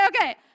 okay